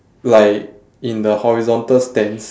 like in the horizontal stance